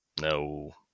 no